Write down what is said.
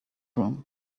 room